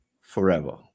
forever